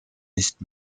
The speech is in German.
nicht